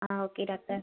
ah okay doctor